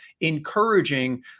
encouraging